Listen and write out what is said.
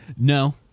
No